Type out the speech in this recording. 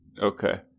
Okay